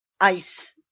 ICE